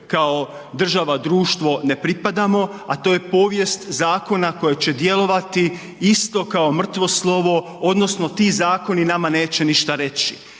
kao država, društvo ne pripadamo, a to je povijest zakona koji će djelovati isto kao mrtvo slovo odnosno ti zakoni nama neće ništa reći.